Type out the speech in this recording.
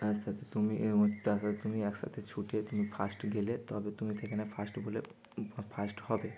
তার সাথে তুমি এবং তার সাথে তুমি একসাথে ছুটে তুমি ফার্স্ট গেলে তবে তুমি সেখানে ফার্স্ট বলে ফার্স্ট হবে